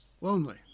Lonely